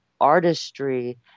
artistry